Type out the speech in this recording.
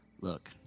look